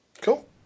Cool